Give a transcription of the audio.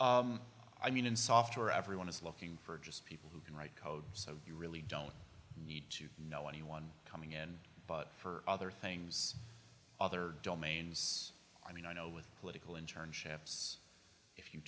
internet i mean in software everyone is looking for just people who can write code so you really don't need to know anyone coming in but for other things other domains i mean i know with political internships if you